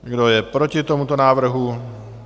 Kdo je proti tomuto návrhu?